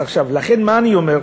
לכן, מה אני אומר?